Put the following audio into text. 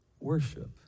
worship